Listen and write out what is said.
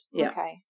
Okay